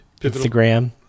Instagram